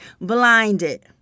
blinded